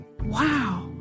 Wow